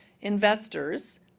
investors